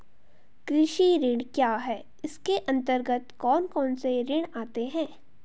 कृषि ऋण क्या है इसके अन्तर्गत कौन कौनसे ऋण आते हैं?